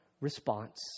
response